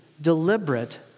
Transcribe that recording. deliberate